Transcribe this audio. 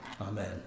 Amen